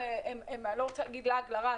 אני לא רוצה להגיד לעג לרש,